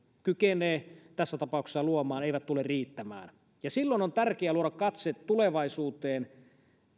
kykenee tässä tapauksessa luomaan eivät tule riittämään silloin on tärkeää luoda katse tulevaisuuteen